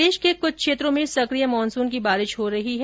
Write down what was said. प्रदेश के कुछ क्षेत्रों सक्रिय मानसून की बारिश हो रही है